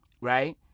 right